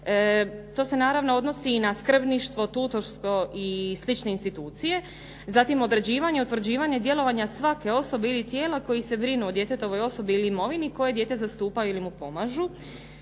To se naravno odnosi i na skrbništvo, tutorstvo i slične institucije. Zatim određivanje i utvrđivanje djelovanja svake osobe ili tijela koji se brinu o djetetovoj osobi ili imovini koje dijete zastupaju ili mu pomažu.